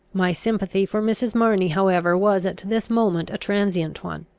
my sympathy for mrs. marney however was at this moment a transient one.